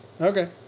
Okay